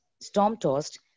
storm-tossed